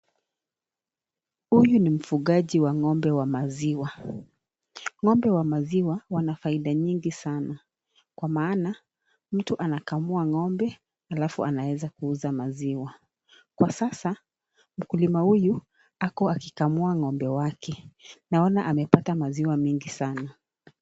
Huyu ni mfugaji wa ng'ombe ya maziwa. Ng'ombe ya maziwa ina faida nyingi sana kwa maana mtu anakamua ng'ombe alafu anaweza kuuza maziwa. Kwa sasa mkulima huyu ako akikamua ng'ombe wake , naona amepata maziwa mingi sana.